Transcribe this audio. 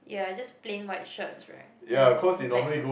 ya it's just plain white shirts right and black